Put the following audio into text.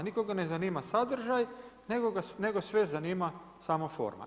Nikoga ne zanima sadržaj, nego sve zanima samo forma.